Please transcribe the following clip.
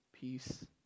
peace